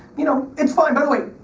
you know, it's fine. by the way,